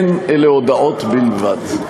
נימוקים אין, אלה הודעות בלבד.